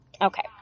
Okay